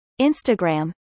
Instagram